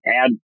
add